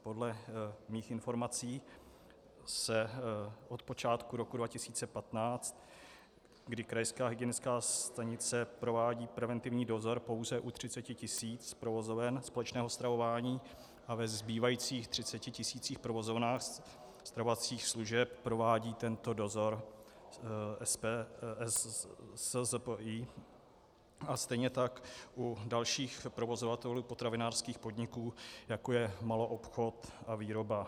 Podle mých informací se od počátku roku 2015, kdy krajská hygienická stanice provádí preventivní dozor pouze u 30 tisíc provozoven společného stravování a ve zbývajících 30 tisících provozovnách stravovacích služeb provádí tento dozor SZPI a stejně tak u dalších provozovatelů potravinářských podniků, jako je maloobchod a výroba.